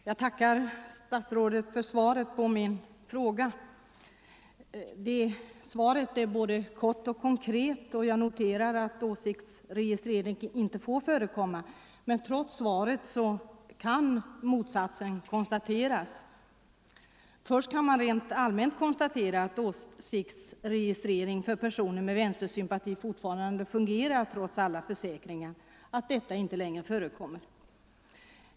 Herr talman! Jag tackar statsrådet för svaret på min enkla fråga. Svaret är både kort och konkret, och jag noterar att åsiktsregistrering inte får förekomma. Låt mig dock först rent allmänt konstatera att åsiktsregistreringen för personer med s.k. vänstersympati fortfarande fungerar, trots alla försäkringar att sådan inte längre förekommer.